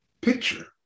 picture